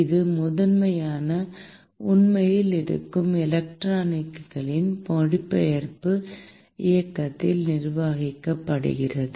இது முதன்மையாக உண்மையில் இருக்கும் எலக்ட்ரான்களின் மொழிபெயர்ப்பு இயக்கத்தால் நிர்வகிக்கப்படுகிறது